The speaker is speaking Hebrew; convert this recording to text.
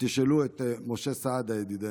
ותשאלו את משה סעדה, ידידנו.